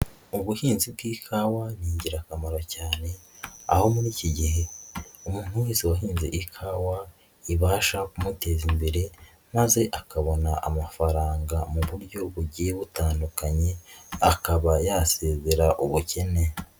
Ubuhinzi bw'ikawa ni ingirakamaro cyane, aho muri iki gihe umuntu wese wahinze ikawa, ibasha kumuteza imbere maze akabona amafaranga mu buryo bugiye butandukanye, akaba yasezera ubukene.